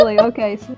okay